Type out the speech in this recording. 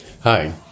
Hi